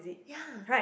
ya